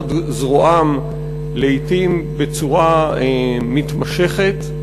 מנחת זרועם, לעתים בצורה מתמשכת,